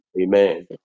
Amen